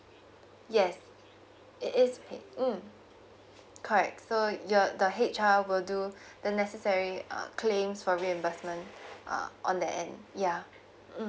yes it is it mm correct so your the H_R will do the necessary uh claims for reinbursement uh on the end ya mm